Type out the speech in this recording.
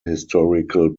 historical